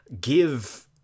give